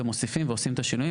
עושים שינויים ומוסיפים.